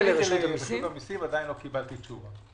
עדיין לא קיבלתי תשובה.